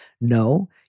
no